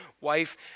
wife